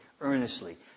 earnestly